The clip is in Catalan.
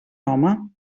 home